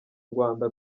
rwanda